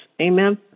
Amen